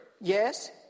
Yes